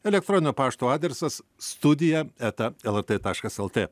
elektroninio pašto adresas studija eta lrt taškas lt